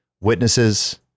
witnesses